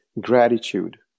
gratitude